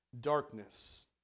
darkness